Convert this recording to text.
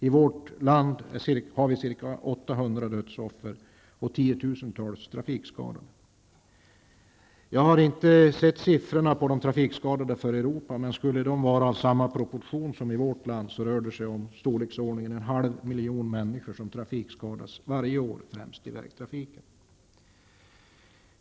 I vårt land har vi ca 800 dödsoffer och tiotusentals trafikskadade. Jag har inte sett siffrorna på antalet trafikskadade i Europa, men skulle de vara av samma proportion som i vårt land, rör det sig om ungefär en halv miljon människor som trafikskadas varje år, främst i vägtrafiken.